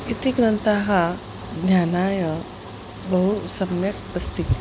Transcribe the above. इति ग्रन्थाः ज्ञानाय बहु सम्यक् अस्ति